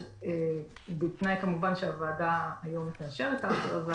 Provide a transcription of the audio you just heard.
ובתנאי שהוועדה תאשר היום את ההכרזה,